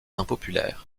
impopulaires